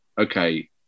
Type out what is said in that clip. okay